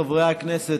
חברי הכנסת,